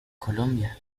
colombia